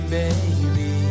baby